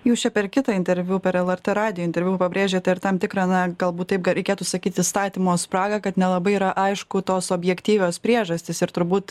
jūs čia per kitą interviu per lrt radijo interviu pabrėžėte ir tam tikrą na galbūt taip reikėtų sakyt įstatymo spragą kad nelabai yra aišku tos objektyvios priežastys ir turbūt